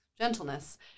gentleness